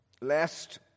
lest